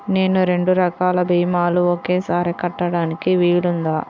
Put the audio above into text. నేను రెండు రకాల భీమాలు ఒకేసారి కట్టడానికి వీలుందా?